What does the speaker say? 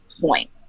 point